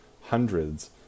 hundreds